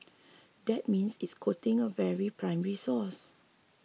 that means it's quoting a very primary source